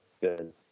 good